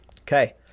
Okay